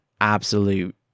absolute